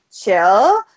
chill